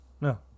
No